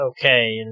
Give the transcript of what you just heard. okay